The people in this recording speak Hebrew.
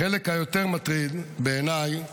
החלק היותר מטריד בעיניי,